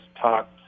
talked